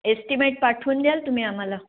estimate पाठवून द्याल तुम्ही आम्हाला